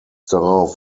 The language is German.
darauf